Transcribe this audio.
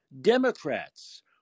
Democrats